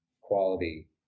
quality